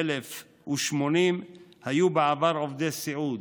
12,080 היו בעבר עובדי סיעוד,